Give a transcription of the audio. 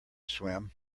swim